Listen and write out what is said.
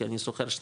כי אני שוכר שנתי,